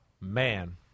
Man